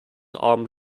armed